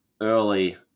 early